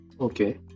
okay